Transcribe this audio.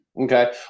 Okay